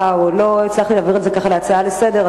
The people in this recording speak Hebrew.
עוד לא הצלחתי להעביר את זה להצעה לסדר-היום,